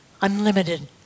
unlimited